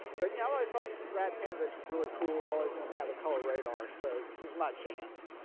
but yeah i thought brad panovich was really cool and i always want to have a color radar so here's my chance.